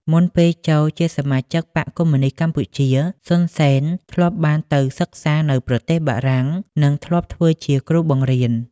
មុនពេលចូលជាសមាជិកបក្សកុម្មុយនីស្តកម្ពុជា សុន សេន ធ្លាប់បានទៅសិក្សានៅប្រទេសបារាំងនិងធ្លាប់ធ្វើជា គ្រូបង្រៀន។